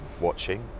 watching